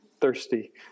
thirsty